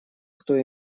кто